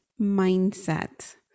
mindset